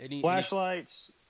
Flashlights